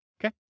okay